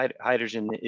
hydrogen